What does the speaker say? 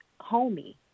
homey